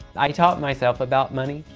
i taught myself about money,